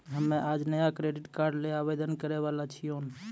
हम्मे आज नया क्रेडिट कार्ड ल आवेदन करै वाला छियौन